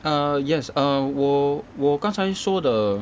err yes err 我我刚才说的